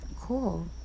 cool